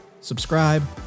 subscribe